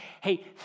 hey